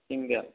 single